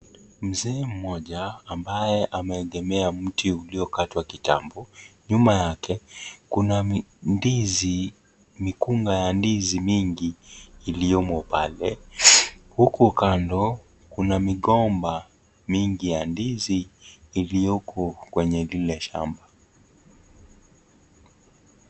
Mzee mmoja ambaye ameegemea mti uliokatwa kitambo nyuma yake kuna ndizi mikunga ya ndizi mingi iliyomo pale huku kando kuna migomba mingi ya ndizi iliyoko kwenye lile shamba.